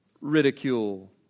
ridicule